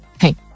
Hey